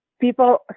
people